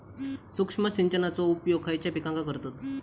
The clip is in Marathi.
सूक्ष्म सिंचनाचो उपयोग खयच्या पिकांका करतत?